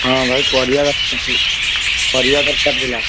ହଁ ଭାଇ ପରିବା ଦରକାର ଥିଲା ପରିବା ଦରକାର ଥିଲା